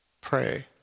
pray